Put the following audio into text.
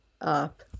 up